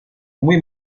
muy